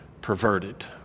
perverted